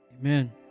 Amen